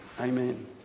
Amen